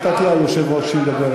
לא נכון, לא נכון, לא מדויק.